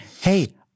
Hey